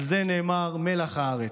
על זה נאמר: מלח הארץ.